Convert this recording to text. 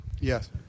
Yes